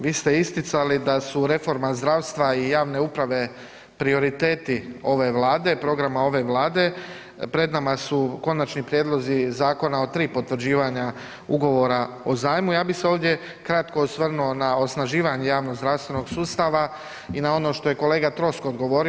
Vi ste isticali da su reforma zdravstva i javne uprave prioriteti ove Vlade programa ove Vlade, pred nama su konačni prijedlozi zakona o tri potvrđivanja Ugovora o zajmu, ja bih se ovdje kratko osvrnuo na osnaživanje javnozdravstvenog sustava i na ono što je kolega Troskot govorio.